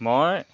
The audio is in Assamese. মই